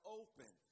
open